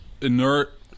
inert